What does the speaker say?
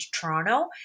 Toronto